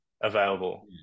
available